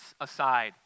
aside